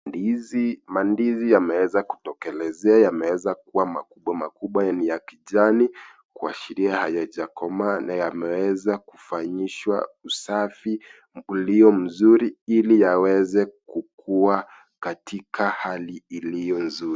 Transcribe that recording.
Ndizi, mandizi yameweza kutokelezea yameweza kuwa makubwamakubwa ni ya kijani kuashiria hayajakomaa na yameweza kufanyishwa usafi uliomzuri, ili yaweze kukua katika hali iliyonzuri.